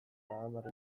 hamar